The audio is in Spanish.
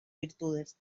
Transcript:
virtudes